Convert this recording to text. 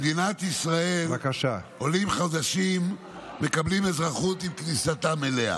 במדינת ישראל עולים חדשים מקבלים אזרחות עם כניסתם אליה.